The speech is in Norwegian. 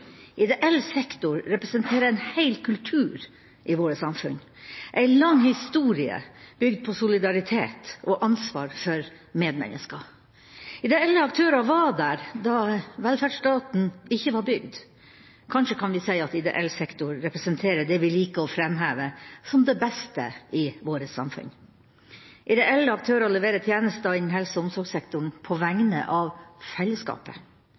Ideell sektor representerer en hel kultur i vårt samfunn, en lang historie bygd på solidaritet og ansvar for medmennesker. Ideelle aktører var der da velferdsstaten ikke var bygd. Kanskje kan vi si at ideell sektor representerer det vi liker å framheve som det beste i vårt samfunn. Ideelle aktører leverer tjenester innen helse- og omsorgssektoren på vegne av fellesskapet,